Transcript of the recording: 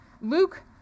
Luke